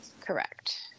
Correct